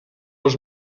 els